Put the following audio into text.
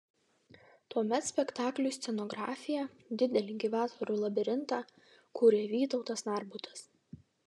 tuomet spektakliui scenografiją didelį gyvatvorių labirintą kūrė vytautas narbutas